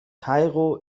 kairo